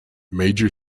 major